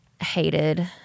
hated